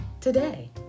today